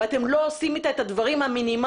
ואתם לא עושים אתה את הדברים המינימליים.